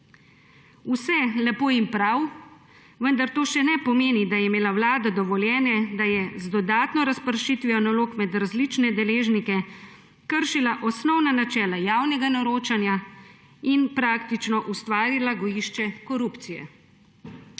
Vse lepo in prav, vendar to še ne pomeni, da je imela Vlada dovoljenje, da je z dodatno razpršitvijo nalog med različne deležnike kršila osnovna načela javnega naročanja in praktično ustvarila gojišče korupcije.